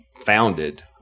founded –